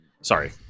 Sorry